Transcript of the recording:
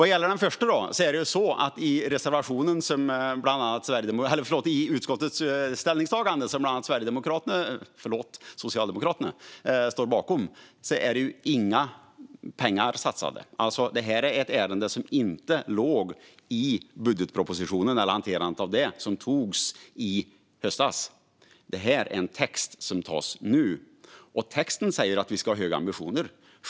Vad gäller den första frågan är det så att i utskottets ställningstagande, som bland andra Socialdemokraterna står bakom, finns inga pengar satsade. Det här är alltså ett ärende som inte fanns med i budgetpropositionen eller hanteringen av den, som togs i höstas. Det här är en text som tas nu, och texten säger att vi ska ha höga ambitioner.